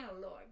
Lord